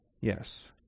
Yes